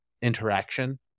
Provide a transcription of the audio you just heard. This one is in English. interaction